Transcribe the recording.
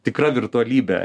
tikra virtualybė